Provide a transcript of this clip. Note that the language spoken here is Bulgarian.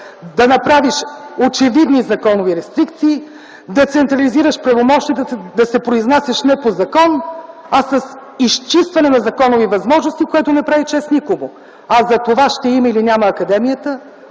да правиш очевидни законови рестрикции, да централизиращ правомощията, да се произнасящ не по закон, а с изчистване на законови възможности, което не прави чест на никого. А за това дали ще има или няма да я има